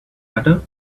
butter